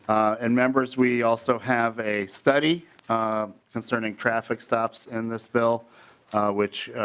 and members we also have a study concerning traffic stops in this bill which